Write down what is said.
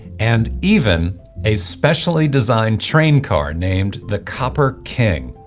and even a specially designed train car named the copper king,